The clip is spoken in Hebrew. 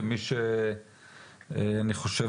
כמי שאני חושב,